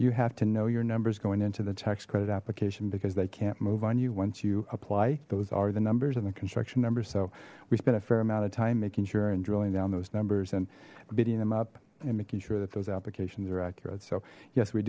you have to know your numbers going into the tax credit application because they can't move on you once you apply those are the numbers and the construction numbers so we spent a fair amount of time making sure and drilling down those numbers and bidding them up and making sure that those applications are accurate so yes we